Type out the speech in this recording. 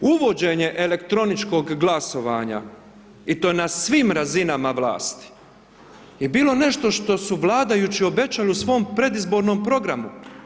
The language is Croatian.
Uvođenje elektroničkog glasovanja i to na svim razinama vlasti je bilo nešto što su vladajući obećali u svom predizbornom programu.